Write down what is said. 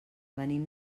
venim